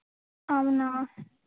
అవునా